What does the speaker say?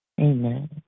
Amen